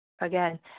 again